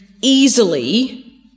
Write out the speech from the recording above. easily